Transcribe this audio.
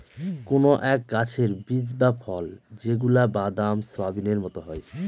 কোনো এক গাছের বীজ বা ফল যেগুলা বাদাম, সোয়াবিনের মতো হয়